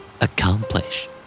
Accomplish